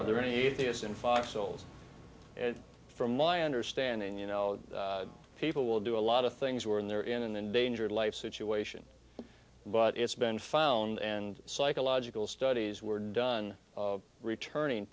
are there any atheists in foxholes and from my understanding you know people will do a lot of things were in there in an endangered life situation but it's been found and psychological studies were done returning